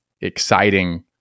exciting